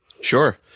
sure